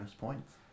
points